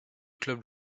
club